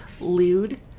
lewd